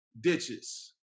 Ditches